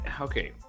okay